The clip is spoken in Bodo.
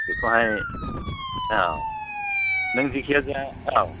बेखौहाय औ नों जायखिजाया औ